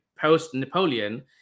post-Napoleon